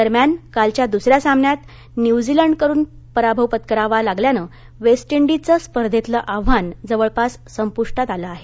दरम्यान कालच्या दूसऱ्या सामन्यात न्युझीलंडकडून पराभव पत्करावा लागल्यानं वेस्ट डीजचं स्पर्धेतलं आव्हान जवळपास संपूष्टात आलं आहे